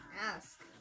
ask